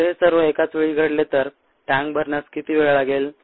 जर हे सर्व एकाच वेळी घडले तर टँक भरण्यास किती वेळ लागेल